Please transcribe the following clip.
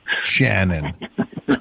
shannon